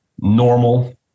normal